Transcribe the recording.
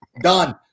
Done